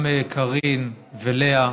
גם קארין ולאה